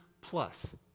plus